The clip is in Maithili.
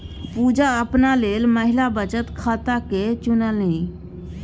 पुजा अपना लेल महिला बचत खाताकेँ चुनलनि